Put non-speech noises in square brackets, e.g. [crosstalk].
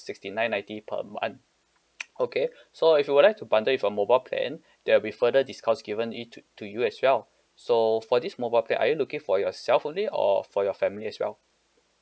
sixty nine ninety per month [noise] okay so if you would like to bundle it for mobile plan there will be further discounts given it to to you as well so for this mobile plan are you looking for yourself only or for your family as well